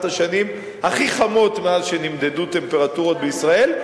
השנים הכי חמות מאז שנמדדו טמפרטורות בישראל,